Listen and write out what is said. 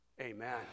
Amen